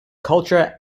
culture